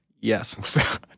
Yes